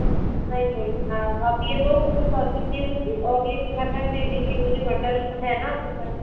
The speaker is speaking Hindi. हाँ नहीं नहीं हाँ आप ये दो फूल कर दीजिए मुझे ओर एक मटर दे दीजिए मुझे मटर है न आपके पास